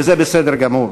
וזה בסדר גמור,